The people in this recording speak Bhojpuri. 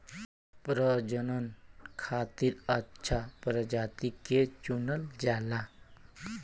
प्रजनन खातिर अच्छा प्रजाति के चुनल जाला